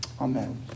Amen